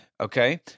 Okay